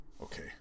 okay